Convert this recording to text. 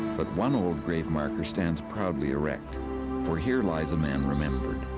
but one old grave marker stands proudly erect for here lies a man remembered.